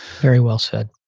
very well said